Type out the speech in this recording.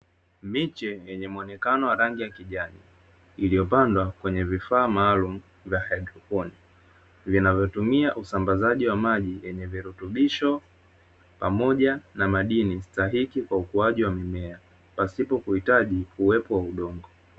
Michi yenye muonekano wa rangi ya kijani, iliyopandwa kwenye vifaa maalum vya haidroponi, vinavyotumia usambazaji wa maji yenye virutubisho pamoja na madini sahihi kwa ukuaji wa mimea pasipo kuhitaji uwepo wa udongo.